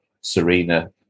Serena